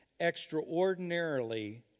extraordinarily